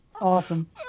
Awesome